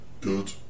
Good